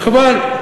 וחבל.